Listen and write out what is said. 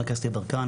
חבר הכנסת יברקן,